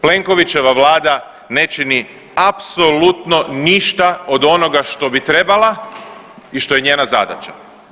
Plenkovićeva vlada ne čini apsolutno ništa od onoga što bi trebala i što je njena zadaća.